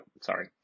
sorry